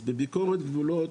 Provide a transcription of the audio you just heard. אז בביקורת גבולות